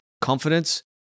Confidence